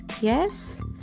yes